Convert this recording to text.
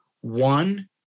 One